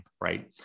right